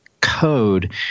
code